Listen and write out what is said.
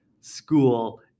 school